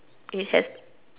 it has